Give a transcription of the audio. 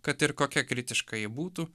kad ir kokia kritiška ji būtų